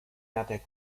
jātiek